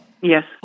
Yes